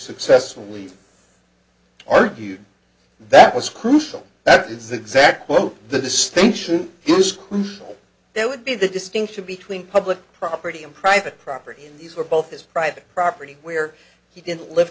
successfully argued that was crucial that is exactly what the distinction is crucial there would be the distinction between public property and private property and these were both his private property where he didn't live